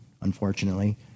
unfortunately